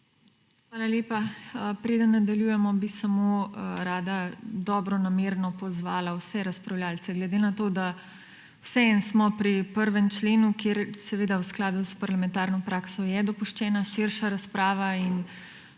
Hvala lepa. Preden nadaljujemo, bi samo rada dobronamerno pozvala vse razpravljavce, glede na to, da smo vseeno pri 1. členu, kjer seveda v skladu s parlamentarno prakso je dopuščena širša razprava in